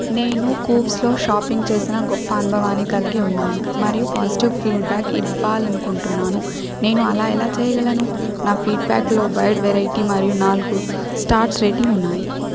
నేను కూవ్స్లో షాపింగ్ చేసిన గొప్ప అనుభవాన్ని కలిగి ఉన్నాను మరియు పాజిటివ్ ఫీడ్బ్యాక్ ఇవ్వాలి అనుకుంటున్నాను నేను అలా ఎలా చేయగలను నా ఫీడ్బ్యాక్లో వైడ్ వెరైటీ మరియు నాలుగు స్టార్స్ రేటింగ్ ఉన్నాయి